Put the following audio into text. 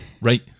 Right